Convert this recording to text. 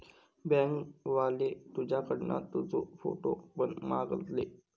bank वाले तुझ्याकडना तुजो फोटो पण मागतले